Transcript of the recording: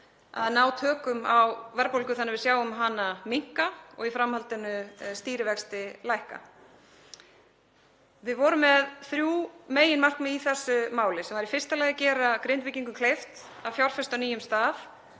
að ná tökum á verðbólgu þannig að við sjáum hana minnka og í framhaldinu stýrivexti lækka. Við vorum með þrjú meginmarkmið í þessu máli. Í fyrsta lagi að gera Grindvíkingum kleift að fjárfesta á nýjum stað